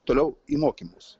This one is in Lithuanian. toliau į mokymus